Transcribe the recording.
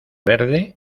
verde